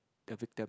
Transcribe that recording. the victim